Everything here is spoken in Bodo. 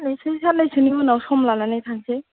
नोंसोर साननैसोनि उनाव सम लानानै थांनोसै